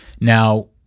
Now